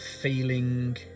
feeling